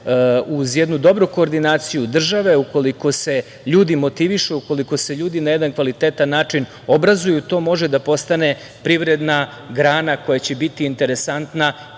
uz jednu dobru koordinaciju države, ukoliko se ljudi motivišu, ukoliko se ljudi na jedan kvalitetan način obrazuju, to može da postane privredna grana koja će biti interesantna